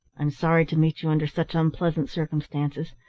i'm sorry to meet you under such unpleasant circumstances.